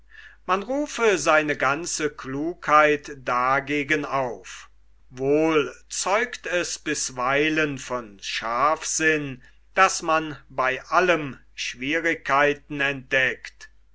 man rufe seine ganze klugheit dagegen auf wohl zeugt es bisweilen von scharfsinn daß man bei allem schwierigkeiten entdeckt